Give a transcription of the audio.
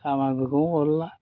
हरला